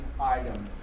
item